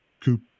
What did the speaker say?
coop